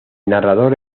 narrador